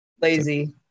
Lazy